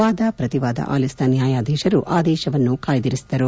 ವಾದ ಪ್ರತಿವಾದ ಆಲಿಸಿದ ನ್ನಾಯಾಧೀಶರು ಆದೇಶವನ್ನು ಕಾಯ್ಲಿರಿಸಿದರು